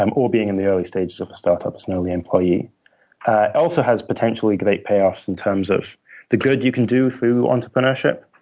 um or being in the early stages of a startup as an early employee. it also has potentially great payoffs in terms of the good you can do through entrepreneurship.